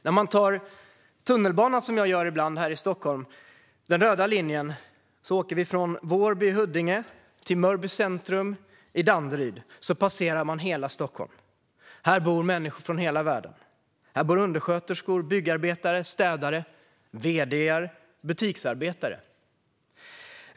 När man tar tunnelbanan här i Stockholm, som jag gör ibland, och åker den röda linjen från Vårby i Huddinge till Mörby Centrum i Danderyd passerar man hela Stockholm. Här bor människor från hela världen. Här bor undersköterskor, byggarbetare, städare, vd:ar och butiksarbetare.